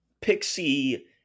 Pixie